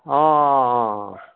অঁ অঁ অঁ